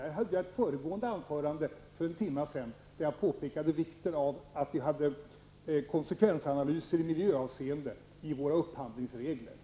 Detta höll jag ett anförande om för en timme sedan, där jag påpekade vikten av att vi har konsekvensanalyser i miljöavseende i våra upphandlingsregler.